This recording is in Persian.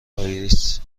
آیرس